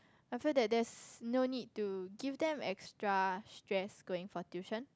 I feel that there's no need to give them extra stress going for tuition